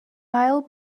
ail